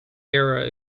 era